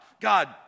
God